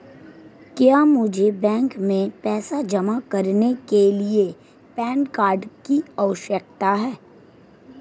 क्या मुझे बैंक में पैसा जमा करने के लिए पैन कार्ड की आवश्यकता है?